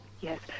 Yes